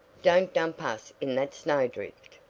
don't dump us in that snowdrift!